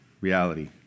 reality